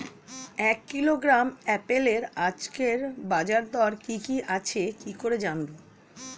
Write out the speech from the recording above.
এক কিলোগ্রাম আপেলের আজকের বাজার দর কি কি আছে কি করে জানবো?